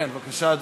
רגע.